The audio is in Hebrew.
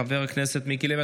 חבר הכנסת מיקי לוי,